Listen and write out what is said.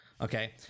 okay